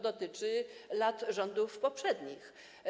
Dotyczy on lat rządów poprzednich.